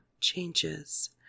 changes